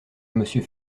monsieur